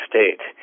State